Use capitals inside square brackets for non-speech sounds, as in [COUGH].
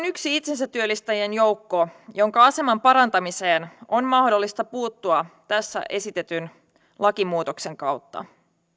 [UNINTELLIGIBLE] yksi itsensätyöllistäjien joukko jonka aseman parantamiseen on mahdollista puuttua tässä esitetyn lakimuutoksen kautta